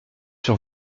sur